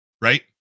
Right